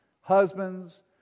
Husbands